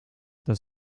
das